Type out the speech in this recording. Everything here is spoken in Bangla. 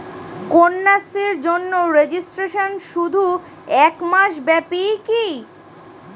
কন্যাশ্রীর জন্য রেজিস্ট্রেশন শুধু এক মাস ব্যাপীই কি?